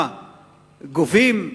גובים,